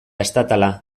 estatala